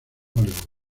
hollywood